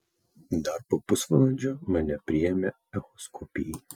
dar po pusvalandžio mane priėmė echoskopijai